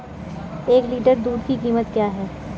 एक लीटर दूध की कीमत क्या है?